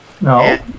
No